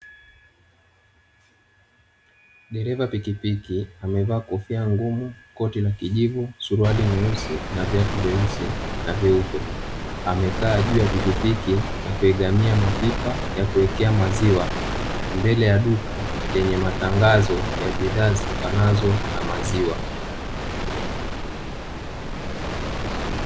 Dereva pikipiki amevaa kofia ngumu, koti la kijivu, suruali nyeusi na viatu vyeusi na vyeupe. Amekaa juu ya pikipiki na kuegamia mapipa ya kuwekea maziwa, mbele ya duka lenye matangazo ya bidhaa zitokanazo na maziwa.